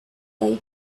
they